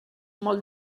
molt